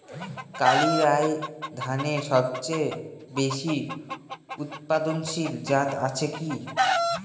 কালিরাই ধানের সবচেয়ে বেশি উৎপাদনশীল জাত আছে কি?